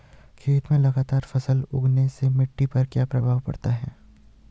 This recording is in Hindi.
खेत में लगातार फसल उगाने से मिट्टी पर क्या प्रभाव पड़ता है?